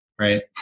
right